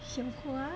小花